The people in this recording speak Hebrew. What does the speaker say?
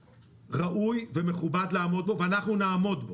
ראוי ומכובד לעמוד בו ואנחנו נעמוד בו.